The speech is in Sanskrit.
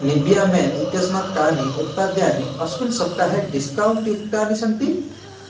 निबिया मेन् इत्यस्मात् कानि उत्पाद्यानि अस्मिन् सप्ताहे डिस्कौण्ट् युक्तानि सन्ति